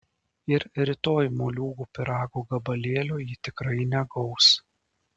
ir rytoj moliūgų pyrago gabalėlio ji tikrai negaus